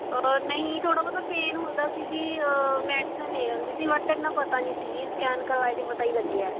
ਔਰ ਨਹੀਂ ਥੋੜ੍ਹਾ ਬਹੁਤਾ ਪੇਨ ਹੁੰਦਾ ਸੀ ਜੀ ਮੈਡੀਸਨ ਲੈ ਲੈਂਦੇ ਸੀ ਬਟ ਐਨਾ ਪਤਾ ਨਹੀਂ ਸੀ ਜੀ ਸਕੈਨ ਕਰਵਾਏ 'ਤੇ ਪਤਾ ਹੀ ਲੱਗਿਆ